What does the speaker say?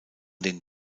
den